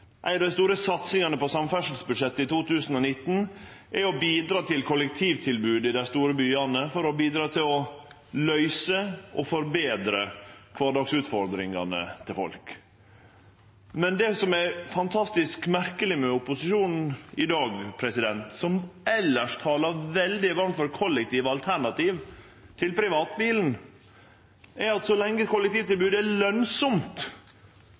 Ei av dei store satsingane på samferdselsbudsjettet i 2019 er å bidra til kollektivtilbodet i dei store byane for å løyse og forbetre kvardagsutfordringane til folk. Men det som er fantastisk merkeleg med opposisjonen i dag, som elles talar veldig varmt for kollektive alternativ til privatbilen, er at så lenge kollektivtilbodet er